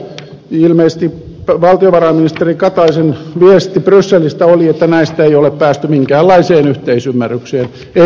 ilmeisesti valtiovarainministeri kataisen viesti brysselistä oli että näistä ei ole päästy minkäänlaiseen yhteisymmärrykseen enkä ihmettele sitä